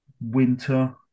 winter